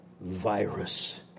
virus